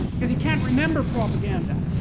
because you can't remember propaganda.